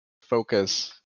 focus